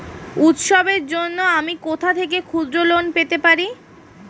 উৎসবের জন্য আমি কোথা থেকে ক্ষুদ্র লোন পেতে পারি?